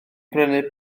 brynu